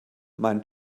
meinen